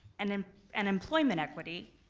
and then an employment equity,